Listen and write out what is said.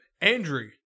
andrew